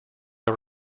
are